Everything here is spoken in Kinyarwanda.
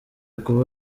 kuba